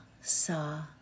Saw